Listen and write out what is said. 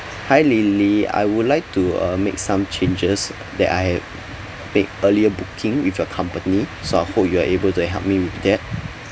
hi lily I would like to uh make some changes that I make earlier booking with your company so I hope you are able to help me with that